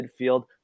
midfield